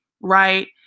right